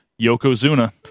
Yokozuna